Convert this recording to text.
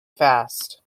fast